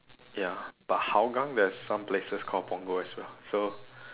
ya but hougang there's some places called punggol as well so